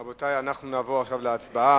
רבותי, אנחנו נעבור עכשיו להצבעה.